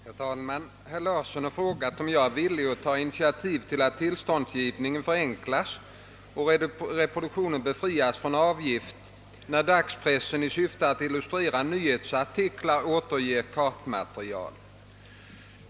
Herr talman! Herr Larsson i Umeå har frågat, om jag är villig att ta initiativ till att tillståndsgivningen förenklas och reproduktionen befrias från avgift, när dagspressen i syfte att illustrera nyhetsartiklar återger kartmaterial.